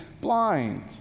blind